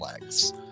legs